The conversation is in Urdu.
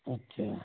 اچھا